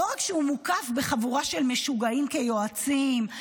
לא רק שהוא מוקף בחבורה של משוגעים כיועצים,